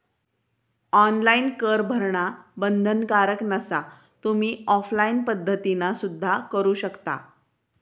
online कर भरणा बंधनकारक नसा, तुम्ही ऑफलाइन पद्धतीना सुद्धा करू शकता